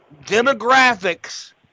demographics